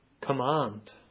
command